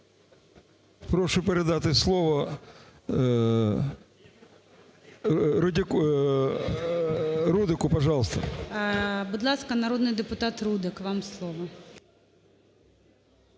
Прошу передати слово Рудику. Пожалуйста. ГОЛОВУЮЧИЙ. Будь ласка, народний депутат Рудик, вам слово.